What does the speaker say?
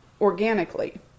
organically